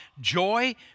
joy